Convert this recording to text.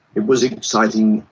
it was exciting,